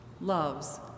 loves